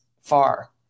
far